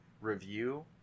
review